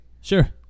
sure